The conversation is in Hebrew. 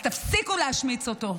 אז תפסיקו להשמיץ אותו.